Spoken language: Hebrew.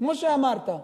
כמו שאמרת,